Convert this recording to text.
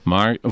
Maar